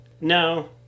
No